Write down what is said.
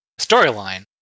storyline